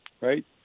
right